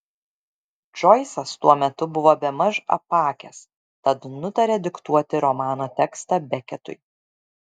džoisas tuo metu buvo bemaž apakęs tad nutarė diktuoti romano tekstą beketui